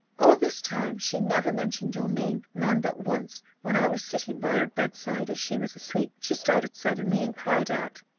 all this time she never mentioned your name, ma'am but once, when i was sitting by her bedside, as she was asleep, she started suddenly, and cried out,